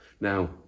Now